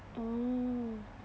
oh